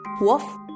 Wolf